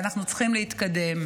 ואנחנו צריכים להתקדם.